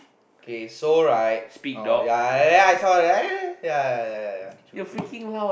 okay so right uh ya I saw that ya ya ya true true true